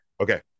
Okay